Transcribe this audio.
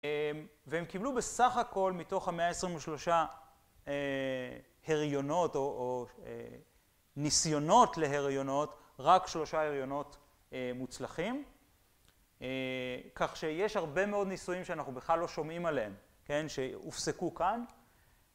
והם קיבלו בסך הכל מתוך המאה עשרים ושלושה הריונות או ניסיונות להריונות רק שלושה הריונות מוצלחים. כך שיש הרבה מאוד ניסויים שאנחנו בכלל לא שומעים עליהם, כן? שהופסקו כאן.